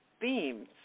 themes